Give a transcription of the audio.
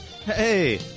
Hey